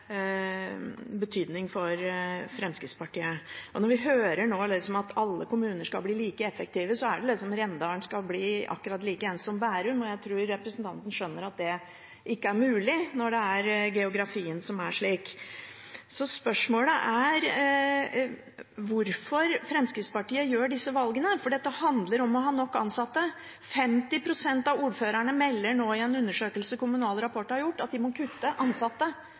betydning for Fremskrittspartiet. Når vi nå hører at alle kommuner skal bli like effektive, er det som om Rendalen skal bli akkurat likeens som Bærum, og jeg tror representanten skjønner at det ikke er mulig når geografien er slik den er. Så spørsmålet er hvorfor Fremskrittspartiet gjør disse valgene. For dette handler om å ha nok ansatte. 50 pst. av ordførerne melder i en undersøkelse Kommunal Rapport har gjort, at de nå må kutte ansatte.